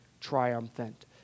triumphant